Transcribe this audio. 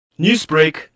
Newsbreak